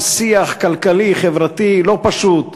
של שיח כלכלי-חברתי לא פשוט וקשה,